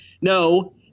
No